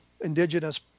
indigenous